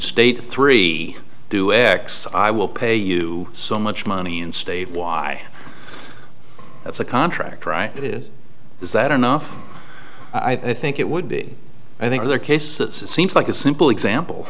state three do x i will pay you so much money and state why that's a contract right is is that enough i think it would be i think their case that seems like a simple example